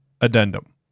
Addendum